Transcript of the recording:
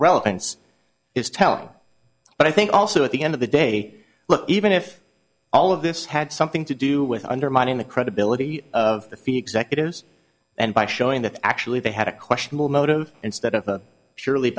relevance is telling but i think also at the end of the day even if all of this had something to do with undermining the credibility of the phoenix actors and by showing that actually they had a questionable motive instead of a surely